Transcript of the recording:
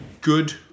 Good